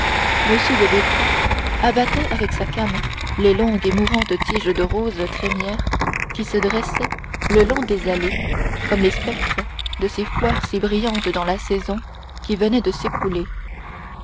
de villefort abattait avec sa canne les longues et mourantes tiges des roses trémières qui se dressaient le long des allées comme les spectres de ces fleurs si brillantes dans la saison qui venait de s'écouler